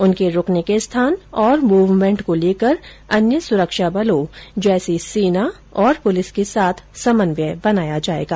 उनके रूकने के स्थान और मूवमेंट को लेकर अन्य सुरक्षा बलों जैसे सेना और पलिस के साथ समन्वय बनाया जाएगा